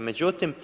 Međutim,